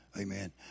Amen